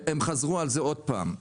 והם חזרו על זה עוד פעם.